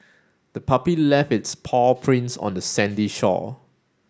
the puppy left its paw prints on the sandy shore